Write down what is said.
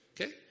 Okay